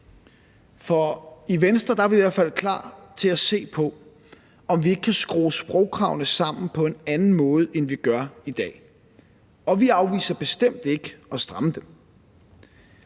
For i Venstre er vi i hvert fald klar til at se på, om vi ikke kan skrue sprogkravene sammen på en anden måde, end vi gør i dag. Og vi afviser bestemt ikke at stramme dem.